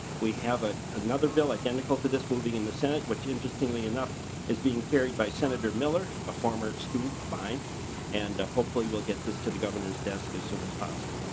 we have a another bill identical to this moving in the senate which interestingly enough is being carried by senator miller a former student of mine and hopefully we'll get this to the governor's desk as soon as possible.